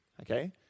okay